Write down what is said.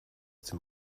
dem